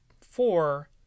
four